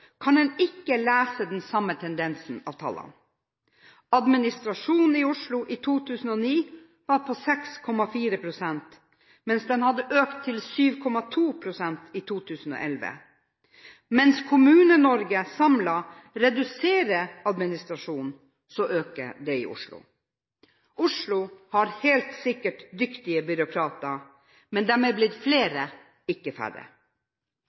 kan en ikke lese den samme tendensen ut av tallene. Administrasjonen i Oslo var i 2009 på 6,4 pst., mens den hadde økt til 7,2 pst. i 2011. Mens Kommune-Norge samlet reduserer administrasjonen, øker den i Oslo. Oslo har helt sikkert dyktige byråkrater, men de har blitt flere, ikke